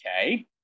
Okay